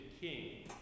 king